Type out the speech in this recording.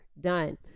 done